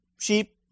sheep